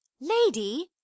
lady